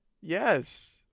Yes